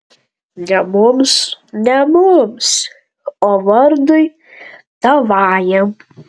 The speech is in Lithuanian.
ne mums ne mums o vardui tavajam